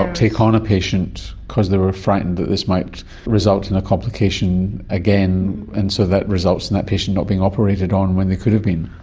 take on a patient because they are frightened that this might result in a complication again, and so that results in that patient not being operated on when they could have been.